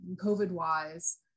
COVID-wise